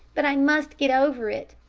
but i must get over it,